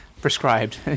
prescribed